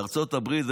בארצות הברית,